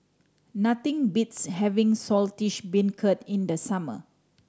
nothing beats having Saltish Beancurd in the summer